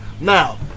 Now